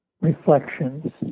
reflections